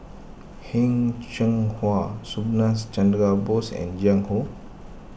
Heng Cheng Hwa Subhas Chandra Bose and Jiang Hu